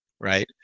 right